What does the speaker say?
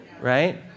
right